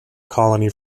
colony